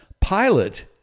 Pilate